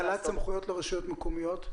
האצלת סמכויות לרשויות מקומיות?